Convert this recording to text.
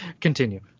Continue